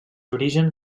origen